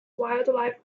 wildlife